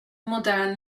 modern